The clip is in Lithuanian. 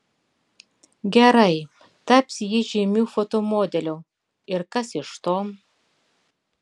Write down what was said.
gerai taps ji žymiu fotomodeliu ir kas iš to